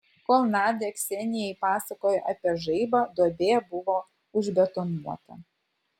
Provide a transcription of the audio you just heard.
kol nadia ksenijai pasakojo apie žaibą duobė buvo užbetonuota